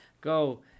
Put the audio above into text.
go